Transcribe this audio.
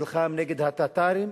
נלחם נגד הטטרים,